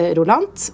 Roland